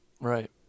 Right